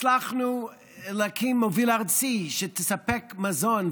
הצלחנו להקים מוביל ארצי שיספק מים,